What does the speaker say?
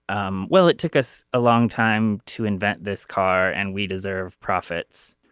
um well it took us a long time to invent this car and we deserve profits.